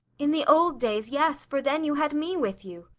in the old days, yes for then you had me with you.